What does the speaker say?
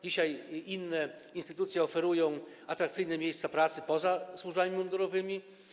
Dzisiaj inne instytucje oferują atrakcyjne miejsca pracy poza służbami mundurowymi.